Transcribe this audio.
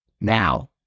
Now